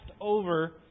over